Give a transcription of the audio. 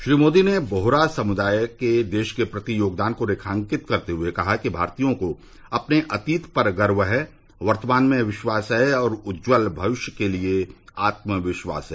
श्री मोदी ने बोहरा समुदाय के देश के प्रति योगदान को रेखांकित करते हुए कहा कि भारतीयों को अपने अतीत पर गर्व है वर्तमान में विश्वास है और उज्ज्वल भविष्य के लिए आत्मविश्वास है